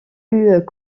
eut